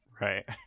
right